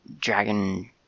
dragon